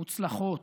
מוצלחות,